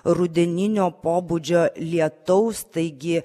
rudeninio pobūdžio lietaus taigi